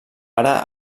ara